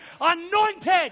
anointed